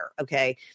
okay